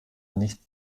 nicht